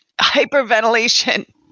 Hyperventilation